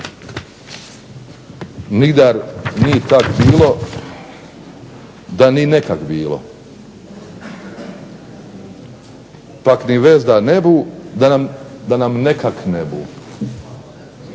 "nigdar ni tak bilo da ni nekak bilo pak ni vezda ne bu da nam nekak ne bu".